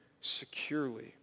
securely